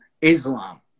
islam